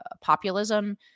populism